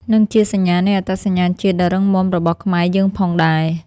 និងជាសញ្ញានៃអត្តសញ្ញាណជាតិដ៏រឹងមាំរបស់ខ្មែរយើងផងដែរ។